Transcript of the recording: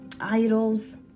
idols